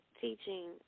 teaching